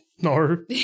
no